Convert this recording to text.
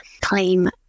claim